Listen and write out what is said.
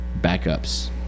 backups